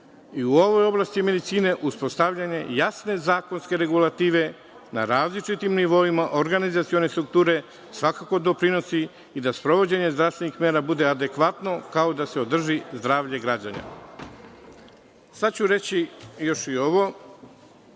U ovoj oblasti medicine uspostavljene su jasne zakonske regulative na različitim nivoima organizacione strukture, što svakako doprinosi da sprovođenje zdravstvenih mera bude adekvatno, kao i da se održi zdravlje građana. Sad ću reći još i ovo,